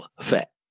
fat